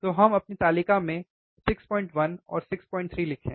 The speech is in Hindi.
तो हम अपनी तालिका में 61 और 63 लिखें